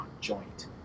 joint